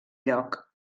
lloc